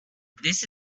this